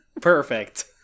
Perfect